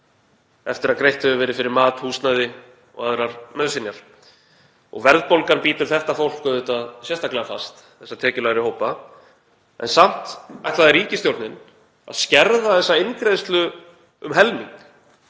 eftir að greitt hefur verið fyrir mat, húsnæði og aðrar nauðsynjar. Verðbólgan bítur þetta fólk auðvitað sérstaklega fast, þessa tekjulægri hópa, en samt ætlar ríkisstjórnin að skerða þessa eingreiðslu um helming